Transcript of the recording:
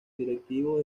directivo